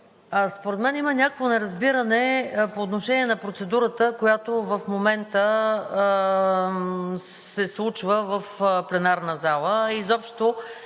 Според мен има някакво неразбиране по отношение на процедурата, която в момента се случва в пленарната зала